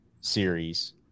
series